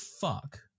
fuck